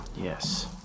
yes